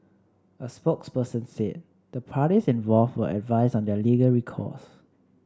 a spokesperson said the parties involved were advised on their legal recourse